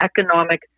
economic